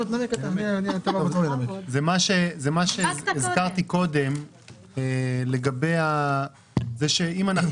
זה מה שהזכרתי קודם לגבי זה שאם אנחנו